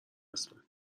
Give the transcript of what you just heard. اسمت